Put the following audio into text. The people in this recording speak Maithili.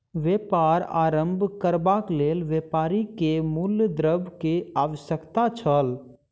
व्यापार आरम्भ करबाक लेल व्यापारी के मूल द्रव्य के आवश्यकता छल